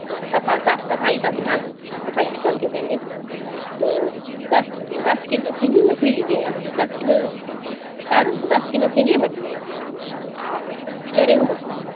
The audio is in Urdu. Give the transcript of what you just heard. ہاں صفا صاف صفائی کا دھیان صفائی کر کے دیں گے تو دس دس کلو سنگھی مچھلی لیجیے گا دس کلو سر دس کلو سنگھی مچھلی اور کلو ریہو مچھلی